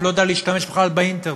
הוא לא יודע להשתמש בכלל באינטרנט.